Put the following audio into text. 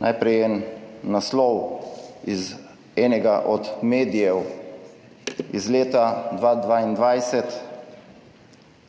najprej en naslov iz enega od medijev iz leta 2022,